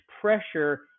pressure